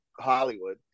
hollywood